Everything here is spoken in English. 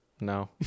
No